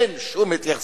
אין שום התייחסות,